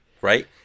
Right